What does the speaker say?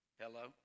Hello